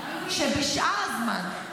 בשאר הזמן,